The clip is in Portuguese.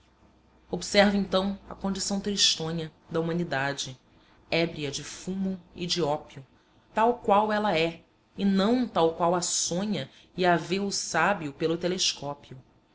observo então a condição tristonha da humanidade ébria de fumo e de ópio tal qual ela é e não tal qual a sonha e a vê o sábio pelo telescópio